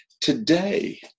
today